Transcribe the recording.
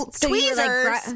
tweezers